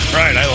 right